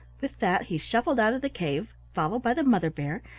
with that he shuffled out of the cave, followed by the mother bear,